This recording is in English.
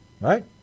right